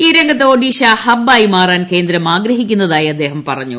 ഈ രംഗത്ത് ഒഡീഷ ഹബ്ബ് ആയി മാറാൻ കേന്ദ്രം ആഗ്രഹിക്കുന്നതായി അദ്ദേഹം പറഞ്ഞു